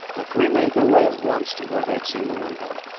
the three made their way at once to where they had seen the window.